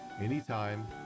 anytime